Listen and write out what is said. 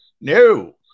No